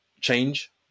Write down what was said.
change